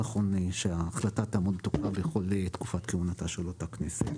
נכון שההחלטה תעמוד בתוקפה בכול תקופת כהונתה של אותה כנסת.